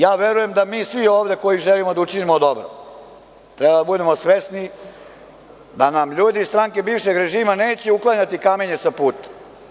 Ja verujem da svi mi ovde, koji želimo da učinimo dobro, treba da budemo svesni da nam ljudi iz stranke bivšeg režima neće uklanjati kamenje sa puta.